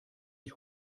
ich